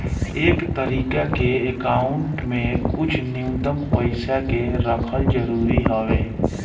ए तरीका के अकाउंट में कुछ न्यूनतम पइसा के रखल जरूरी हवे